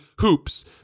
HOOPS